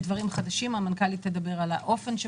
אני שמחה